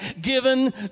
given